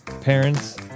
Parents